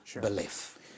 belief